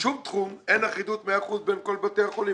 בשום תחום אין אחידות מאה אחוזים בין כל בתי החולים